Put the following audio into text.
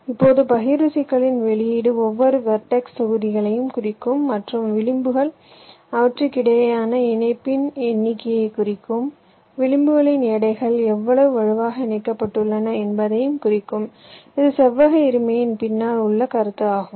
இப்போது பகிர்வு சிக்கலின் வெளியீடு ஒவ்வொரு வெர்டெக்ஸ் தொகுதிகளையும் குறிக்கும் மற்றும் விளிம்புகள் அவற்றுக்கிடையேயான இணைப்பின் எண்ணிக்கையைக் குறிக்கும் விளிம்புகளின் எடைகள் எவ்வளவு வலுவாக இணைக்கப்பட்டுள்ளன என்பதையும் குறிக்கும் இது செவ்வக இருமையின் பின்னால் உள்ள கருத்து ஆகும்